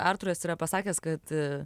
arturas yra pasakęs kad